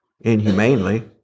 inhumanely